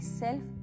self